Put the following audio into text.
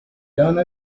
done